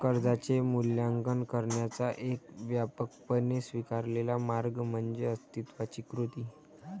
कर्जाचे मूल्यांकन करण्याचा एक व्यापकपणे स्वीकारलेला मार्ग म्हणजे अस्तित्वाची कृती